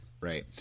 right